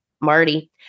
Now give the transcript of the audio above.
marty